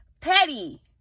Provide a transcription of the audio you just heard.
petty